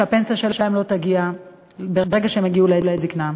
שהפנסיה שלהם לא תגיע ברגע שהם יגיעו לעת זיקנה?